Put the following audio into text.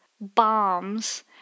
bombs